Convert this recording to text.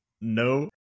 No